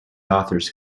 authors